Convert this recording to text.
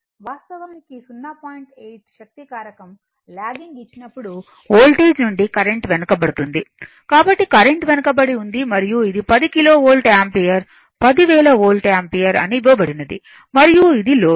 8 శక్తి కారకం లాగింగ్ ఇచ్చినప్పుడు వోల్టేజ్ నుండి కరెంట్ వెనుక బడుతుంది కాబట్టి కరెంట్ వెనుకబడి ఉంది మరియు ఇది 10 kilo volt ampere 10000 volt ampere అని ఇవ్వబడినది మరియు ఇది లోడ్